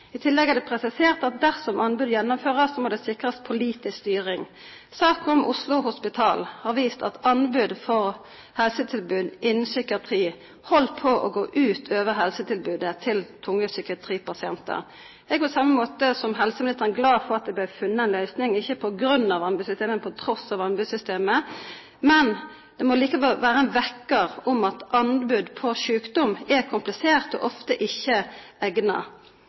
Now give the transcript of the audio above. I tillegg er det presisert at dersom anbud gjennomføres, må det sikres politisk styring. Saken om Oslo Hospital har vist at anbud på helsetilbud innen psykiatri holdt på å gå ut over helsetilbudet til tunge psykiatripasienter. Jeg er på samme måte som helseministeren glad for at det ble funnet en løsning – ikke på grunn av anbudssystemet, men på tross av anbudssystemet. Men det må likevel være en vekker, at når det gjelder sykdom, er anbud komplisert og ofte ikke